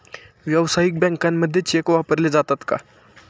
व्यावसायिक बँकांमध्ये चेक वापरले जातात का?